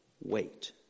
wait